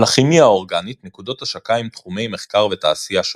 לכימיה האורגנית נקודות השקה עם תחומי מחקר ותעשייה שונים,